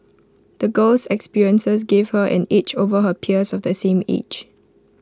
the girl's experiences gave her an edge over her peers of the same age